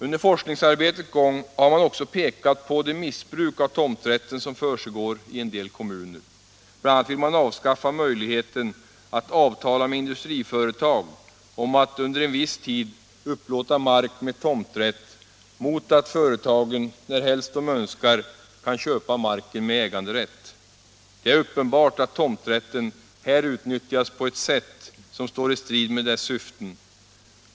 Under forskningsarbetets gång har man även pekat på det missbruk av tomträtten som försiggår i en del kommuner. BI. a. vill man avskaffa möjligheten att avtala med industriföretag att under en viss tid upplåta mark med tomträtt mot att företag, närhelst de önskar, kan köpa marken med äganderätt. Det är uppenbart att tomträtten här utnyttjas på ett sätt som står i strid med dess syften.